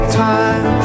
time